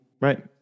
Right